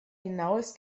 hinaus